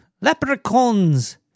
Leprechauns